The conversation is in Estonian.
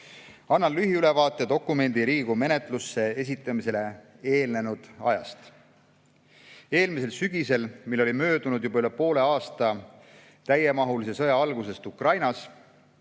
Annan lühiülevaate dokumendi Riigikogu menetlusse esitamisele eelnenud ajast. Eelmisel sügisel, kui oli möödunud juba üle poole aasta täiemahulise sõja algusest Ukrainas,